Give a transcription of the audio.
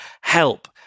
Help